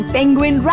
Penguin